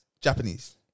Japanese